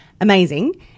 amazing